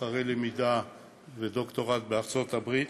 אחרי למידה ודוקטורט בארצות-הברית.